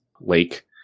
lake